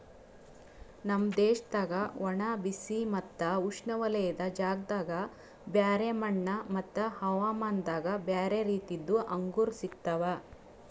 ನಮ್ ದೇಶದಾಗ್ ಒಣ, ಬಿಸಿ ಮತ್ತ ಉಷ್ಣವಲಯದ ಜಾಗದಾಗ್ ಬ್ಯಾರೆ ಮಣ್ಣ ಮತ್ತ ಹವಾಮಾನದಾಗ್ ಬ್ಯಾರೆ ರೀತಿದು ಅಂಗೂರ್ ಸಿಗ್ತವ್